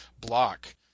block